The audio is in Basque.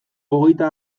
hogeita